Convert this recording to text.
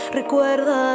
recuerda